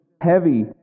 heavy